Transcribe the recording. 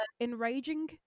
enraging